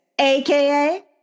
AKA